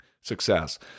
success